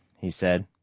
he said.